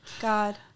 god